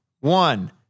one